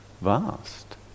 vast